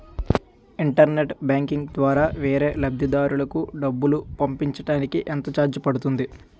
Internet banking ద్వారా వేరే లబ్ధిదారులకు డబ్బులు పంపించటానికి ఎంత ఛార్జ్ పడుతుంది?